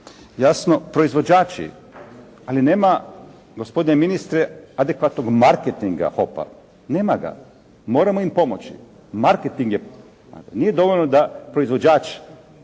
jasno proizvođači», ali nema gospodine ministre adekvatnog marketing HOP-a. Nema ga. Moramo im pomoći. Marketing je, nije dovoljno da proizvođač